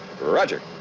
Roger